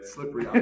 Slippery